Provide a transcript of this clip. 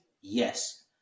Yes